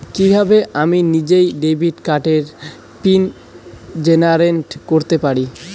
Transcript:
কিভাবে আমি নিজেই ডেবিট কার্ডের পিন জেনারেট করতে পারি?